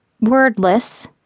Wordless